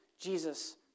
Jesus